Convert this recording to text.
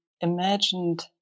imagined